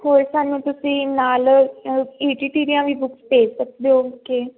ਹੋਰ ਸਾਨੂੰ ਤੁਸੀਂ ਨਾਲ ਈ ਟੀ ਟੀ ਦੀਆਂ ਵੀ ਬੁੱਕਸ ਭੇਜ ਸਕਦੇ ਹੋ ਕਿ